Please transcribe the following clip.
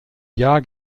jahr